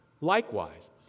Likewise